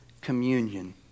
communion